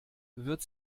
wird